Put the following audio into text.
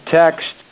text